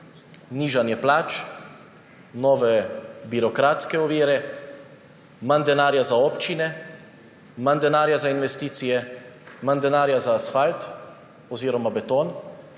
nižanje plač, nove birokratske ovire, manj denarja za občine, manj denarja za investicije, manj denarja za asfalt oziroma beton.